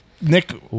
Nick